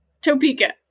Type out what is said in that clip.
Topeka